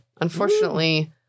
unfortunately